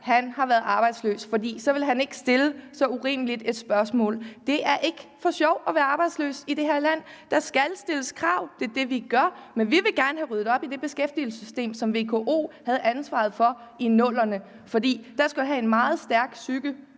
havde han været det, så ville han ikke stille så urimeligt et spørgsmål. Det er ikke for sjov, at man er arbejdsløs i det her land. Der skal stilles krav, og det er det, vi gør, men vi vil gerne have ryddet op i det beskæftigelsessystem, som VKO havde ansvaret for i 00'erne, for man skal have en meget stærk psyke